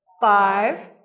five